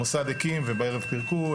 המוסד הקים ובערב פירקו,